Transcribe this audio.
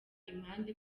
imihanda